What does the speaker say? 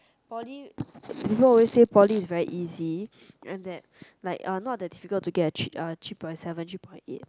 poly people always say poly is very easy and that like uh no that difficult to get a three point seven three point eight